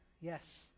yes